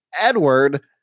Edward